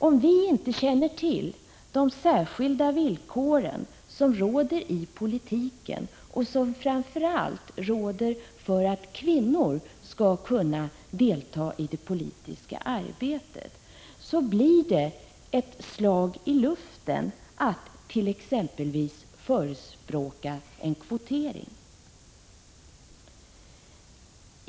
Om vi inte känner till de särskilda villkor som råder i politiken och som framför allt gäller för att kvinnor skall kunna delta i det politiska arbetet, blir det ett slag i luften att t.ex. förespråka kvotering.